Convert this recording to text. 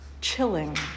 chilling